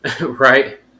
Right